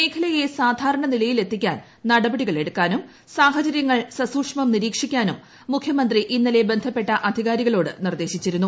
മേഖലയ്യ് സാധാരണ നിലയിലേക്കെത്തിക്കാൻ നടപടികളെടുക്കാനും സാഹചര്യങ്ങൾ സസൂക്ഷ്മം നിരീക്ഷിക്കാനും മുഖ്യമന്ത്രി ഇന്നലെ ബന്ധപ്പെട്ട അധികാരികളോട് നിർദ്ദേശിച്ചിരുന്നു